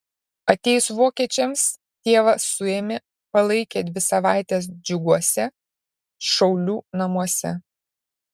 atėjus vokiečiams tėvą suėmė palaikė dvi savaites džiuguose šaulių namuose